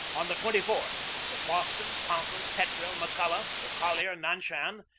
on the twenty fourth the boston, con cord, petrel, mcculloch, the collier nanshan,